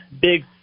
big